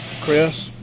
Chris